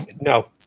no